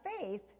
faith